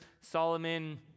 Solomon